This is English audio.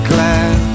Glad